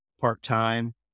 part-time